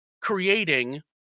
creating